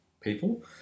people